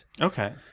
Okay